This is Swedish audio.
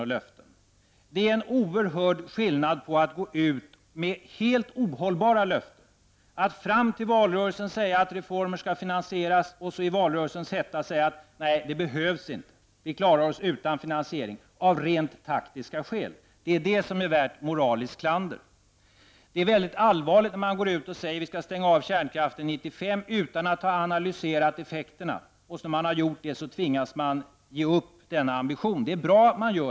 Det föreligger nämligen en oerhört stor skillnad när man, och då går man ut med helt ohållbara löften, fram till en valrörelse säger att reformer skall finansieras och man sedan i valrörelsens hetta säger: Nej, det behövs inte. Vi klarar oss utan finansiering. Då kan man tala om rent taktiska skäl, och det är sådant som är värt moraliskt klander. Det är väldigt allvarligt när man går ut och säger att kärnkraften skall stängas av 1995 utan att effekterna därav analyserats för att sedan tvingas ge upp och frångå sin ambition.